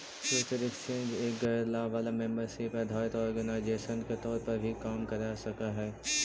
future exchange एक गैर लाभ वाला मेंबरशिप आधारित ऑर्गेनाइजेशन के तौर पर भी काम कर सकऽ हइ